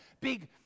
Big